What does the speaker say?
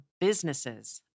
businesses